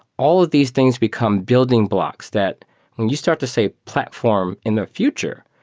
all of these things become building blocks that when you start to say platform in a future,